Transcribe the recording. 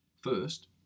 First